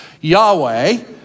Yahweh